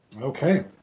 Okay